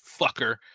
fucker